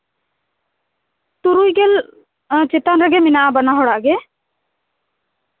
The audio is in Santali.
ᱛᱩᱨᱩᱭᱜᱮᱞ ᱪᱮᱛᱟᱱ ᱨᱮᱜᱮ ᱢᱮᱱᱟᱜᱼᱟ ᱵᱟᱱᱟ ᱦᱚᱲᱟᱜ ᱜᱮ